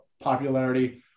popularity